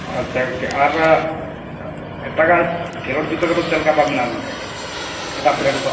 ᱟᱪᱪᱷᱟ ᱜᱚᱝᱠᱮ ᱟᱨ ᱟᱜ ᱮᱴᱟᱜᱟᱜ ᱠᱷᱮᱞᱳᱰ ᱡᱩᱛᱟᱹ ᱠᱚᱫᱚ ᱪᱮᱫ ᱞᱮᱠᱟ ᱫᱟᱢ ᱢᱮᱱᱟᱜᱼᱟ ᱜᱚᱝᱠᱮ ᱮᱴᱟᱜ ᱵᱨᱮᱱᱰ ᱠᱚᱣᱟᱜ